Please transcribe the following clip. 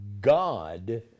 God